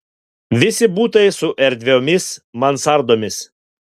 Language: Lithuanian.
visi butai su erdviomis mansardomis